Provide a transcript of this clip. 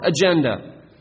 agenda